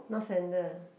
not sandal